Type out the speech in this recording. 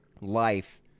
life